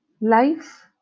Life